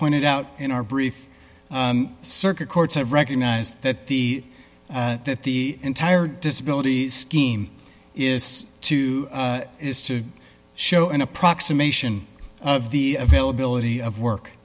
pointed out in our brief circuit courts have recognised that the that the entire disability scheme is to is to show an approximation of the availability of work